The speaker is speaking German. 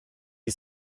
die